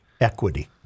equity